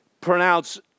pronounce